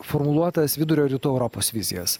formuluotas vidurio rytų europos vizijas